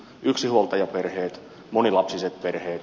yksinhuoltajaperheet monilapsiset perheet